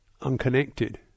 unconnected